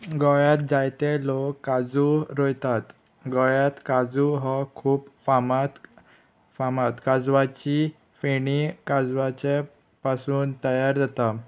गोंयांत जायते लोक काजू रोंयतात गोंयांत काजू हो खूब फामाद फामाद काजवाची फेणी काजवाचे पासून तयार जाता